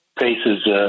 faces